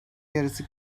yarısı